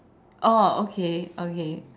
oh okay okay